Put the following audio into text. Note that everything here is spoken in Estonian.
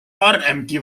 varemgi